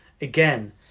again